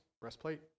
breastplate